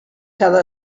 cada